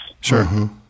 sure